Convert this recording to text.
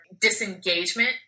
disengagement